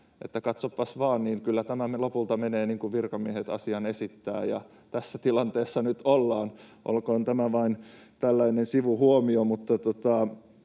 katsopas vaan, kyllä tämä lopulta menee niin kuin virkamiehet asian esittävät, ja tässä tilanteessa nyt ollaan. Olkoon tämä vain tällainen sivuhuomio,